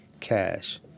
cash